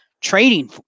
trading